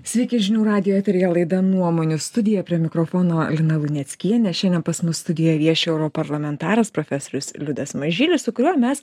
sveiki žinių radijo eteryje laida nuomonių studija prie mikrofono lina luneckienė šiandien pas mus studijoj vieši europarlamentaras profesorius liudas mažylis su kuriuo mes